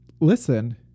listen